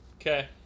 Okay